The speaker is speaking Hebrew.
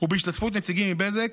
ובהשתתפות נציגים מבזק,